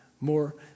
more